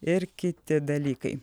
ir kiti dalykai